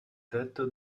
tetto